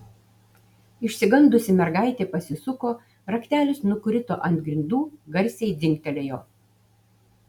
išsigandusi mergaitė pasisuko raktelis nukrito ant grindų garsiai dzingtelėjo